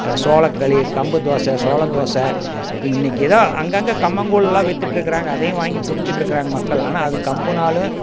சோளக்களி கம்புதோசை சோளத்தோசை இப்போ இன்னைக்கிதான் அங்கங்கே கம்மங்கூழ்லாம் வித்துட்ருக்கிறாங்க அதையும் வாங்கி குடிச்சிட்ருக்கிறாங்க மக்கள் ஆனால் அது கம்புனாலும்